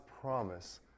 promise